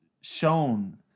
shown